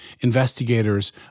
investigators